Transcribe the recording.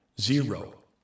zero